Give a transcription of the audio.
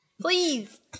please